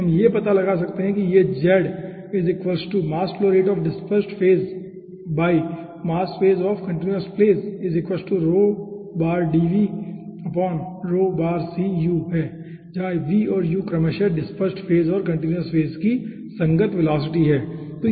तो हम यह पता लगा सकते हैं कि यह हैं जहां v और u क्रमशः डिस्पेर्सेड फेज और कंटीन्यूअसफेज की संगत वेलोसिटी हैं ठीक है